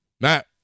Matt